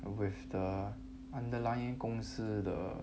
with the underlying 公司 the